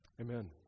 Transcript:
Amen